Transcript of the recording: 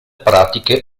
pratiche